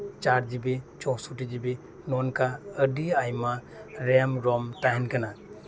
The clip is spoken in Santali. ᱪᱟᱨ ᱡᱤ ᱵᱤ ᱪᱳᱣᱥᱥᱚᱴᱴᱤ ᱡᱤ ᱵᱤ ᱱᱚᱝᱠᱟ ᱟᱹᱰᱤ ᱟᱭᱢᱟ ᱨᱮᱢ ᱨᱳᱢ ᱛᱟᱦᱮᱱ ᱠᱟᱱᱟ